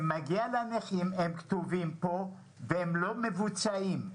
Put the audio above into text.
-- הם כתובים פה, והם לא מבוצעים.